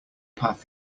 path